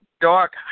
dark